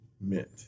meant